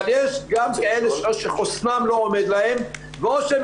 אבל יש גם כאלה שחוסנם לא עומד להם או שהם